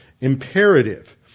imperative